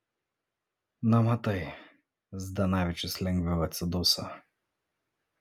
na matai zdanavičius lengviau atsiduso